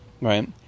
right